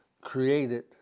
created